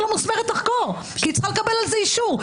לא מוסמכת לחקור כי היא צריכה לקבל על זה אישור.